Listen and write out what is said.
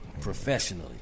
professionally